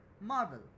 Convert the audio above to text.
Marvel